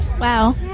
Wow